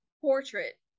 portrait